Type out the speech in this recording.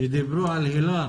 כשדיברו על היל"ה